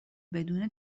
بدون